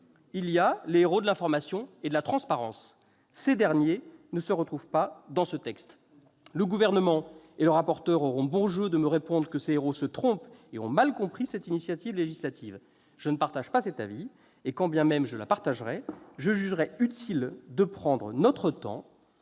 il y a les héros de l'information et de la transparence. Ces derniers ne se retrouvent pas dans ce texte. Le Gouvernement et le rapporteur auront beau jeu de me répondre que ces héros se trompent et qu'ils ont mal compris cette initiative législative ; je ne partage pas cet avis. Et quand bien même je le partagerais, je jugerais utile de prendre notre temps